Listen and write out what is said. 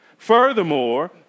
Furthermore